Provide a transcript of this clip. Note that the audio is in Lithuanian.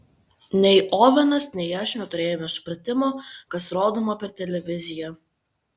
nei ovenas nei aš neturėjome supratimo kas rodoma per televiziją